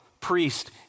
priest